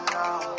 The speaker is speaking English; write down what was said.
now